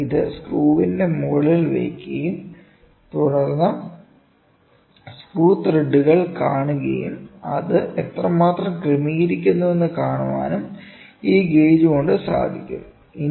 നിങ്ങൾ ഇത് സ്ക്രൂവിന്റെ മുകളിൽ വയ്ക്കുകയും തുടർന്ന് സ്ക്രൂ ത്രെഡുകൾ കാണുകയും അത് എത്രമാത്രം ക്രമീകരിക്കുന്നുവെന്ന് കാണാനും ഈ ഗേജ് കൊണ്ട് സാധിക്കും